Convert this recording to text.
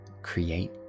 Create